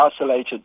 isolated